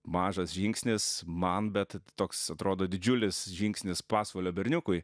mažas žingsnis man bet toks atrodo didžiulis žingsnis pasvalio berniukui